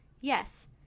Yes